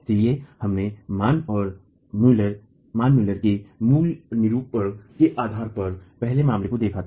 इसलिए हमने मान और मुलर के मूल निरूपण के आधार पर पहले मामलों को देखा था